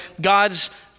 God's